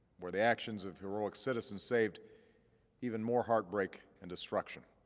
where the actions of heroic citizens saved even more heartbreak and destruction.